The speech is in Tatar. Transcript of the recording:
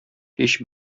һич